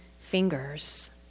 fingers